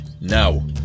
now